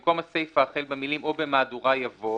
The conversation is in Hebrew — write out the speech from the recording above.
במקום הסיפה החל במילים "או במהדורה" יבוא